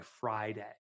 Friday